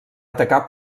atacar